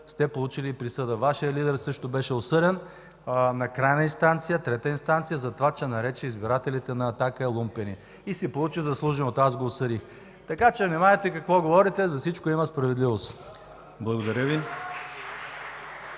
сте получили и присъда. Вашият лидер също беше осъден на крайна инстанция – трета инстанция, затова, че нарече „лумпени” избирателите на „Атака” и си получи заслуженото. Аз го осъдих. Така че внимавайте какво говорите, за всичко има справедливост. (Силни